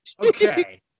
Okay